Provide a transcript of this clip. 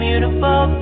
Beautiful